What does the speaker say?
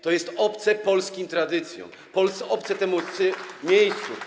To jest obce polskim tradycjom, obce temu miejscu.